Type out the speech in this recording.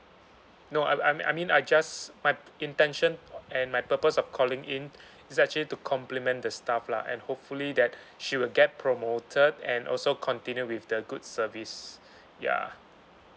no I I I mean I just my intention and my purpose of calling in is actually to compliment the staff lah and hopefully that she will get promoted and also continue with the good service ya